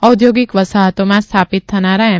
ઔદ્યોગિક વસાહતોમાં સ્થાપિત થનારા એમ